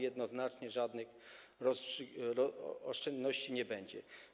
Jednoznacznie żadnych oszczędności nie będzie.